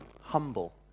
humble